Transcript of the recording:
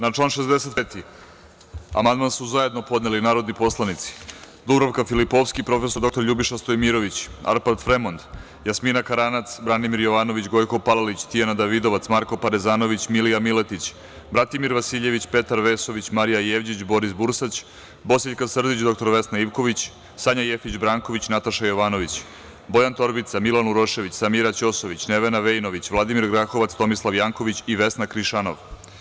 Na član 65. amandman su zajedno podneli narodni poslanici Dubravka Filipovski, prof. dr Ljubiša Stojimirović, Arpad Fremond, Jasmina Karanac, Branimir Jovanović, Gojko Palalić, Tijana Davidovac, Marko Parezanović, Milija Miletić, Bratimir Vasiljević, Petar Vesović, Marija Jevđić, Boris Bursać, Bosiljka Srdić, dr Vesna Ivković, Sanja Jefić Branković, Nataša Jovanović, Bojan Torbica, Milan Urošević, Samira Ćosović, Nevena Vejinović, Vladimir Grahovac, Tomislav Janković i Vesna Krišanov.